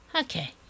Okay